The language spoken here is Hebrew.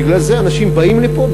בגלל זה אנשים באים לפה,